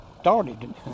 started